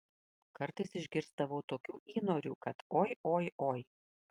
kartais išgirsdavau tokių įnorių kad oi oi oi